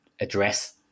address